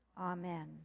Amen